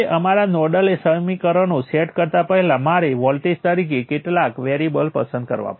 અને તમે node voltage મેળવવા માટે આને સોલ્વ કરશો